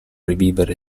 rivivere